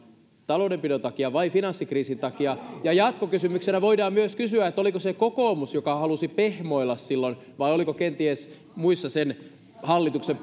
taloudenpidon takia vai finanssikriisin takia ja jatkokysymyksenä voidaan myös kysyä oliko se kokoomus joka halusi pehmoilla silloin vai oliko kenties muissa sen hallituksen